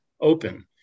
open